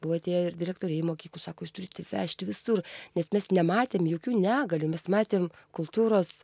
buvo atėję ir direktoriai mokyklų sako jūs turit jį vežti visur nes mes nematėm jokių negalių mes matėm kultūros